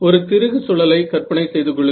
ஒரு திருகு சுழலை கற்பனை செய்து கொள்ளுங்கள்